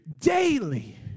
daily